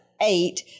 eight